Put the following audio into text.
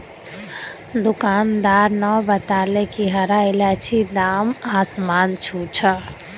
दुकानदार न बताले कि हरा इलायचीर दाम आसमान छू छ